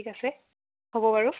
ঠিক আছে হ'ব বাৰু